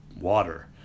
water